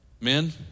Men